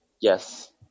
Yes